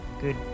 Good